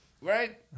Right